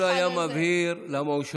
אם הוא לא היה מבהיר, למה הוא שותק?